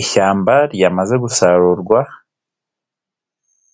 Ishyamba ryamaze gusarurwa